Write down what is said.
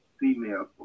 female